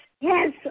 yes